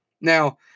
Now